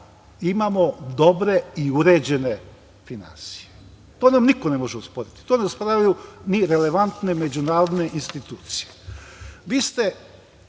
imamo dobre i uređene finansije. To nam niko ne može osporiti. To ne osporavaju ni relevantne međunarodne institucije. Vi ste,